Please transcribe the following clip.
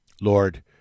Lord